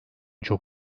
çok